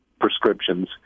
prescriptions